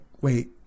wait